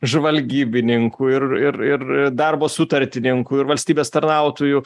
žvalgybininkų ir ir ir ir darbo sutartininkų ir valstybės tarnautojų